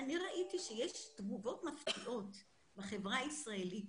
אני ראיתי שיש תגובות מפתיעות בחברה הישראלית.